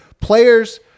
players